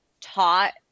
taught